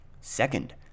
second